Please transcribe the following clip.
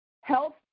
health